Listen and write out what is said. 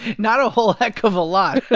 not a whole heck of a lot